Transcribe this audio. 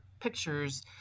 pictures